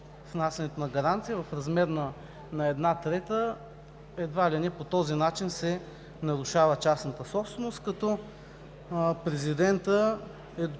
внасянето на гаранция в размер на една трета, едва ли не по този начин се нарушава частната собственост, като президентът е записал